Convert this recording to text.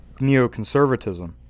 neoconservatism